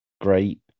Great